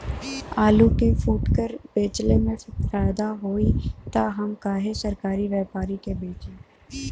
आलू के फूटकर बेंचले मे फैदा होई त हम काहे सरकारी व्यपरी के बेंचि?